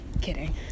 Kidding